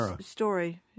story